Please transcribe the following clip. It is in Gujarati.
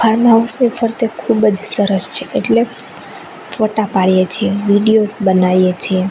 ફાર્મ હાઉસ ને ફરતે ખૂબ જ સરસ છે એટલે ફોટા પાડીએ છીએ વીડિયોઝ બનાવીએ છીએ